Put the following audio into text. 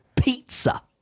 pizza